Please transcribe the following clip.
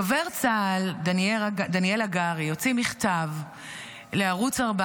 דובר צה"ל דניאל הגרי הוציא מכתב לערוץ